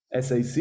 SAC